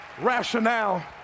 rationale